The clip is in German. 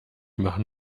machen